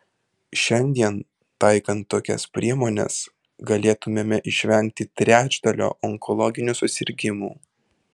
šiandien taikant tokias priemones galėtumėme išvengti trečdalio onkologinių susirgimų